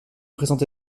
présenté